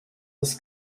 das